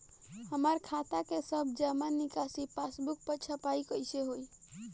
हमार खाता के सब जमा निकासी पासबुक पर छपाई कैसे होई?